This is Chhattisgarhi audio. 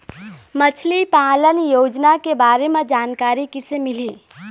मछली पालन योजना के बारे म जानकारी किसे मिलही?